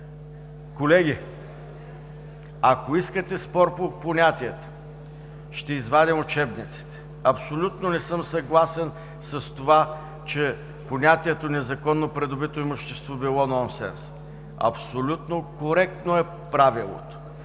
Колеги, ако искате спор по понятията, ще извадя учебниците. Абсолютно не съм съгласен с това, че понятието „незаконно придобито имущество“ било нонсенс. Абсолютно коректно е правилото!